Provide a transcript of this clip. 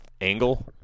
angle